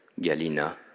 Galina